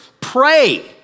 Pray